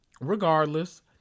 regardless